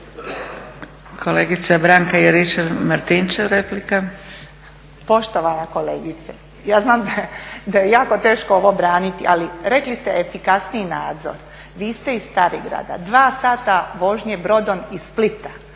replika. **Juričev-Martinčev, Branka (HDZ)** Poštovana kolegice, ja znam da je jako teško ovo braniti ali rekli ste efikasniji nadzor. Vi ste iz Starigrada, dva sata vožnje brodom iz Splita,